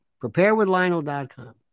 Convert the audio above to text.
Preparewithlionel.com